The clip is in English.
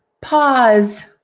pause